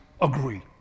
agree